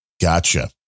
gotcha